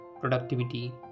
productivity